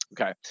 Okay